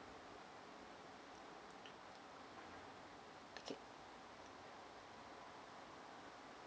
okay